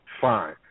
Fine